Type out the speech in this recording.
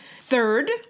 Third